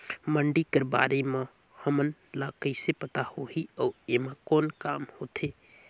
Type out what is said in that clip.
मंडी कर बारे म हमन ला कइसे पता होही अउ एमा कौन काम होथे?